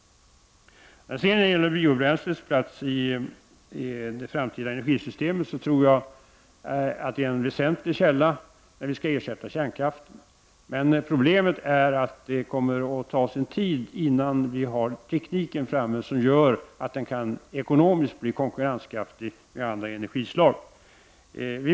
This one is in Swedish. När det gäller biobränslenas plats i det framtida energisystemet så tror jag att det är en väsentlig källa när vi skall ersätta kärnkraften. Problemet är att det kommer att ta sin tid innan tekniken ekonomiskt kan konkurrera med andra energislag.